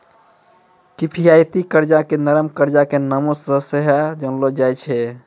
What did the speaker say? किफायती कर्जा के नरम कर्जा के नामो से सेहो जानलो जाय छै